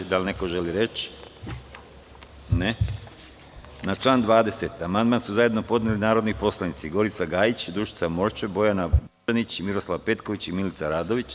Da li neko želi reč? (Ne) Na član 20. amandman su zajedno podneli narodni poslanici Gorica Gajić, Dušica Morčev, Bojana Božanić, Miroslav Petković i Milica Radović.